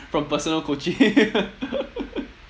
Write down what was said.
from personal coaching